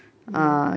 mm